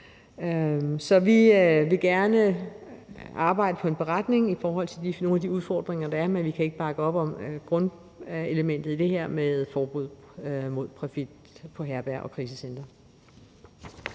Så vi vil gerne arbejde på en beretning i forhold til nogle af de udfordringer, der er, men vi kan ikke bakke op om grundelementet i det her med et forbud mod profit på herberg og krisecentre.